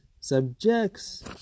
subjects